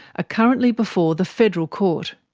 ah currently before the federal court.